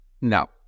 No